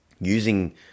using